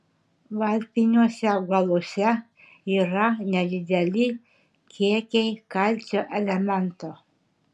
varpiniuose augaluose yra nedideli kiekiai kalcio elemento